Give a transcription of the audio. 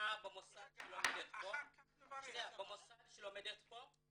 שמעה במוסד שהיא לומדת בו,